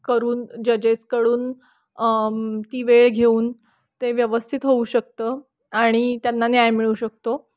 करून जजेसकडून ती वेळ घेऊन ते व्यवस्थित होऊ शकतं आणि त्यांना न्याय मिळू शकतो